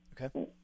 Okay